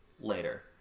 Later